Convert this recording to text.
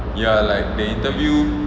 ya like they interview